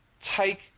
take